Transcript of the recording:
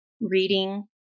reading